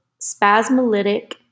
spasmolytic